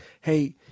hey